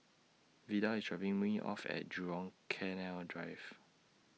Vidal IS dropping Me off At Jurong Canal Drive